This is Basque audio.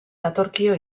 datorkio